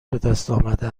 بهدستآمده